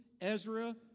Ezra